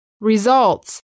results